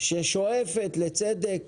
השואפת לצדק